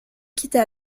quitta